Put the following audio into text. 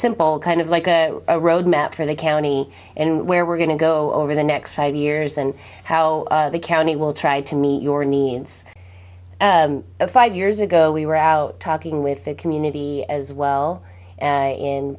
simple kind of like a road map for the county and where we're going to go over the next five years and how the county will try to meet your needs five years ago we were out talking with the community as well